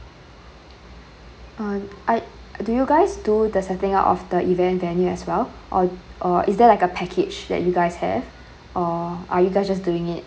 uh are do you guys do the setting up of the event venue as well or or is there like a package that you guys have or are you guys just doing it